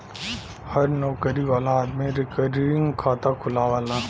हर नउकरी वाला आदमी रिकरींग खाता खुलवावला